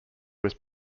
was